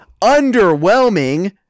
underwhelming